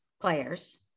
players